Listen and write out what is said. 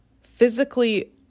physically